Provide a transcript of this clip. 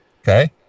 okay